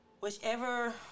whichever